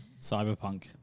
Cyberpunk